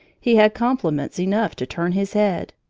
he had compliments enough to turn his head,